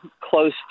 close